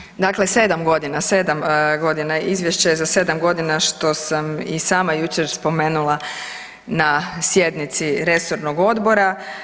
Dakle 7 godina, 7 godina, Izvješće za 7 godina što sam i sama jučer spomenula na sjednici resornog odbora.